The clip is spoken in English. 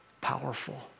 powerful